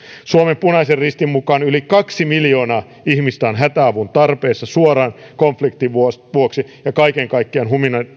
suomen punaisen ristin mukaan yli kaksi miljoonaa ihmistä on hätäavun tarpeessa suoran konfliktin vuoksi vuoksi ja kaiken kaikkiaan